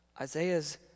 Isaiah's